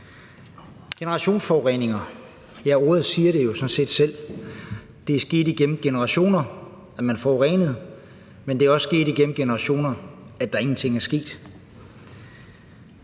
Generationsforureninger – ja, ordet siger det jo sådan set selv: Det er sket igennem generationer, at man har forurenet. Men det er også gennem generationer, at der ingenting er sket.